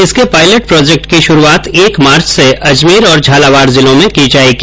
इसके pilot project की शुरूआत एक मार्च से अजमेर और झालावाड़ जिले से की जाएगी